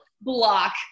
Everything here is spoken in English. block